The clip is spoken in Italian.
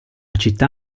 città